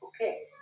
Okay